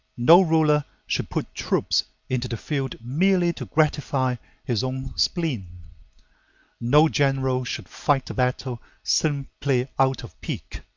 no ruler should put troops into the field merely to gratify his own spleen no general should fight a battle simply out of pique.